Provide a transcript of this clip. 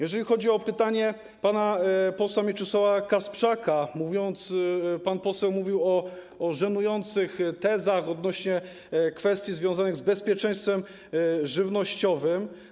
Jeżeli chodzi o pytanie pana posła Mieczysława Kasprzaka - pan poseł mówił o żenujących tezach odnośnie do kwestii związanych z bezpieczeństwem żywnościowym.